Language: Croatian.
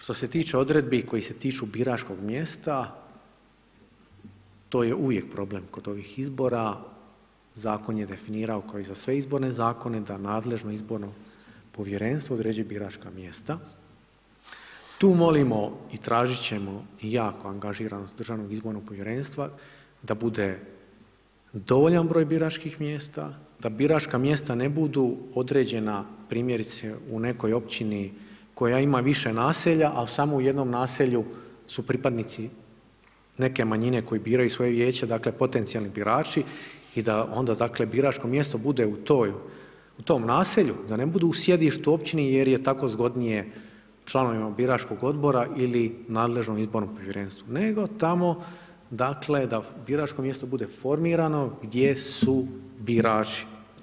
Što se tiče odredbi koje se tiču biračkog mjesta, to je uvijek problem kod ovih izbora, zakon je definirao kao i za sve izborne zakone da nadležno izborno povjerenstvo određuje biračka mjesta, tu molimo i tražit ćemo jako angažiranost Državnog izbornog povjerenstva da bude dovoljan broj biračkih mjesta, da biračka mjesta ne budu određena, primjerice u nekoj općini koja ima više naselja, a u samo jednom naselju su pripadnici neke manjine koje biraju svoje vijeće, dakle, potencijalni birači i da onda, dakle, biračko mjesto bude u tom naselju, da ne budu u sjedištu, općini jer je tako zgodnije članovima biračkog Odbora ili nadležnom izbornom povjerenstvu, nego tamo, dakle, da biračko mjesto bude formirano gdje su birači.